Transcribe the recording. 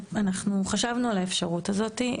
אנחנו חשבנו על האפשרות הזאת.